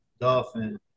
Dolphin